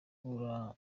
umushoferi